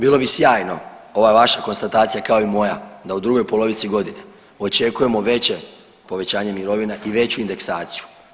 Bilo bi sjajno ova vaša konstatacija kao i moja da u drugoj polovici godine očekujemo veće povećanje mirovina i veću indeksaciju.